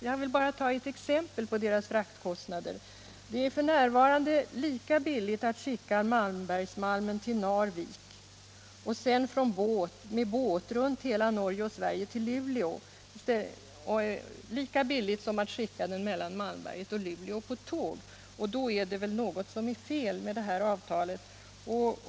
Jag vill bara ta ett exempel på LKAB:s fraktkostnader. Det är f.n. lika billigt att skicka Malmbergsmalmen till Narvik och sedan med båt runt hela Norge och Sverige till Luleå som att sända den mellan Malmberget och Luleå på tåg. Då måste det väl vara något fel på det här avtalet.